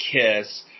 Kiss